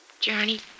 Johnny